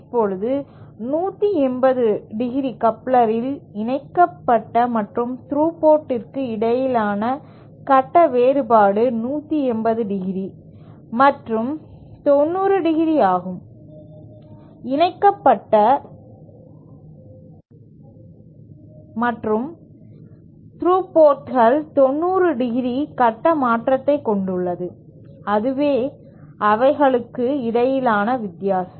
இப்போது 180 ° கப்ளரில் இணைக்கப்பட்ட மற்றும் த்ரூ போர்ட்க்கு இடையேயான கட்ட வேறுபாடு 180 ° மற்றும் 90 ° ஆகும் இணைக்கப்பட்ட மற்றும் த்ரூ போர்ட்கள் 90° கட்ட மாற்றத்தை கொண்டுள்ளது அதுவே அவைகளுக்கு இடையிலான வித்தியாசம்